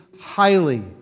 highly